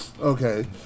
Okay